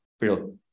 real